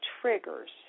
triggers